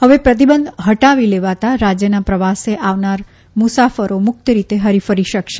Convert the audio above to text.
હવે પ્રતિબંધ હટાવી લેવાતાં રાજયના પ્રવાસે આવનાર મુસાફરો મુક્ત રીતે હરીફરી શકશે